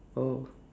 oh